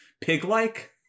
pig-like